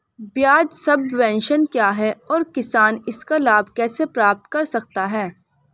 ब्याज सबवेंशन क्या है और किसान इसका लाभ कैसे प्राप्त कर सकता है?